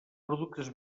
productes